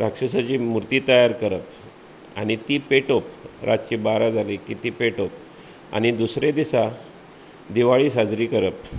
राक्षसाची मुर्ती तयार करप आनी ती पेटोवप रातचीं बारा जाली की ती पेटोवप आनी दुसरे दिसाक दिवाळी साजरी करप